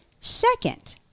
Second